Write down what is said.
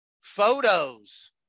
photos